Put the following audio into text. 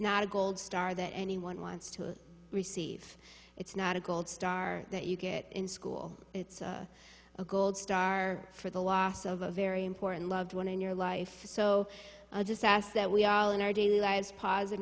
not a gold star that anyone wants to receive it's not a gold star that you get in school it's a gold star for the loss of a very important loved one in your life so a disaster that we all in our daily lives p